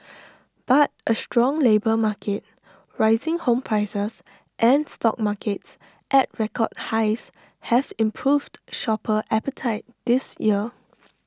but A strong labour market rising home prices and stock markets at record highs have improved shopper appetite this year